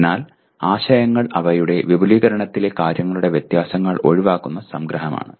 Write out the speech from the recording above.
അതിനാൽ ആശയങ്ങൾ അവയുടെ വിപുലീകരണത്തിലെ കാര്യങ്ങളുടെ വ്യത്യാസങ്ങൾ ഒഴിവാക്കുന്ന സംഗ്രഹമാണ്